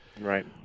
Right